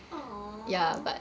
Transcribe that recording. !aww!